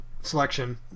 selection